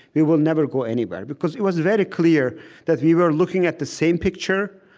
we will never go anywhere, because it was very clear that we were looking at the same picture,